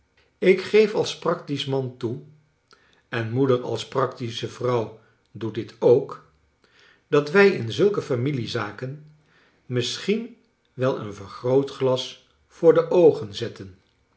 ik geef als praotiscli man toe en moeder als praotische vrouw doet dit ook dat wij in zulke familiezaken misschien wel een vergrootglas voor de oogen zetten